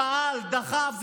פעלת, דחפת.